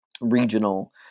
regional